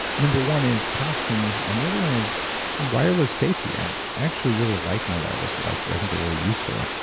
number one is toxins, and the other one is wireless safety. i actually really like my wireless devices. i think they're really useful,